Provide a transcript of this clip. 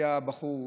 היה בחור,